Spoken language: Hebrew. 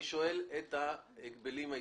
אני שואל את רשות ההגבלים העסקיים.